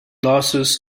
losses